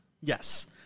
Yes